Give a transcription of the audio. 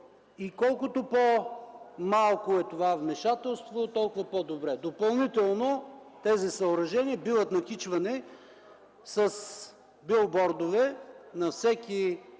Колкото по-малко е това вмешателство, толкова по-добре. Допълнително тези съоръжения биват накичвани с билбордове на всеки